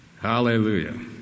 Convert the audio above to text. Hallelujah